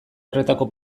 horretako